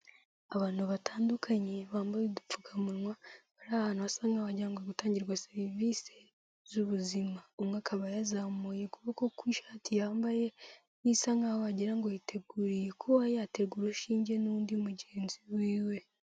Abantu batandukanye bambaye udupfukamunwa bari ahantu hasa nk'aho wagira ngo hari gutangirwa serivisi z'ubuzima, umwe akaba yazamuye ukuboko kw'ishati yambaye bisa nk'aho wagira ngo yiteguye kuba yaterwa urushinge n'undi mugenzi wiwe.